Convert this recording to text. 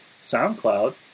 SoundCloud